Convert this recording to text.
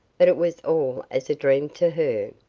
but it was all as a dream to her.